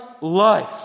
life